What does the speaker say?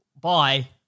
bye